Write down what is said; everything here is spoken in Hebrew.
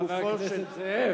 לגופו של, חבר הכנסת זאב,